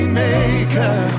maker